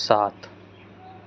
सात